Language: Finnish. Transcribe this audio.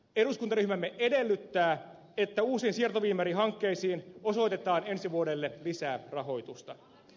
eduskuntaryhmämme edellyttää että uusiin siirtoviemärihankkeisiin osoitetaan ensi vuodelle lisää rahoitusta